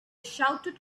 shouted